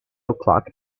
o’clock